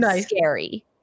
scary